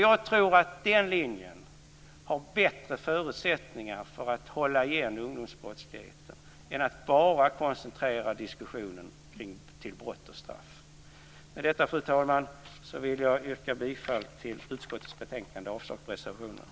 Jag tror att den linjen har bättre förutsättningar att hålla igen ungdomsbrottsligheten än en diskussion som bara koncentreras kring brott och straff. Med detta, fru talman, vill jag yrka bifall till hemställan i utskottets betänkande och avslag på reservationerna.